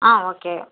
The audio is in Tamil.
ஆ ஓகே